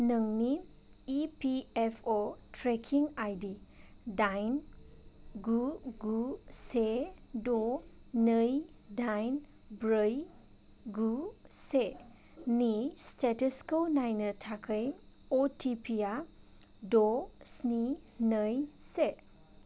नोंनि E P F अ' tracking ID डाइन गु गु से द' नै डाइन ब्रै गु से नि स्टेटासखौ नायनो थाखाय अटिपिआ द' स्नि नै से